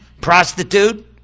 Prostitute